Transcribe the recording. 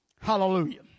Hallelujah